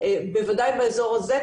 בוודאי באזור הזה,